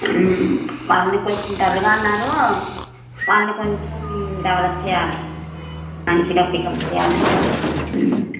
వాళ్ళని కొంచెం డల్గా ఉన్నారు వాళ్ళని కొంచెం డెవలప్ చేయాలి మంచిగా పికప్ చేయాలి